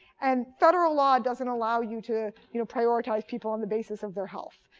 and federal law doesn't allow you to you know prioritize people on the basis of their health.